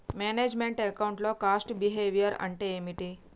Manage meant account లో cost behaviour అంటే ఏమిటి?